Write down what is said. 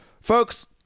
Folks